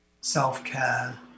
self-care